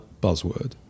buzzword